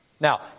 Now